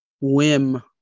whim